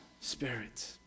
spirit